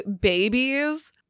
babies